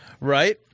Right